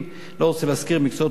לא רוצה להזכיר מקצועות נוספים,